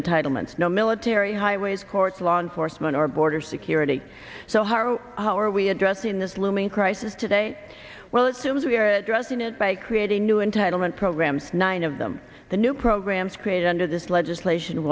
entitlements no military highways court law enforcement or border security soeharto how are we addressing this looming crisis today well as soon as we are addressing it by creating new entitlement programs nine of them the new programs created under this legislation